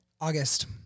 August